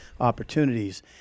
opportunities